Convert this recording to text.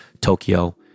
Tokyo